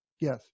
Yes